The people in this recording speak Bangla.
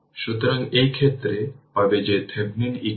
সুতরাং এই ফর্মুলাটি হল pLmax VThevenin2 বাই 4 RL